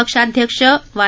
पक्षाध्यक्ष वाय